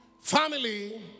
Family